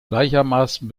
gleichermaßen